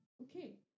Okay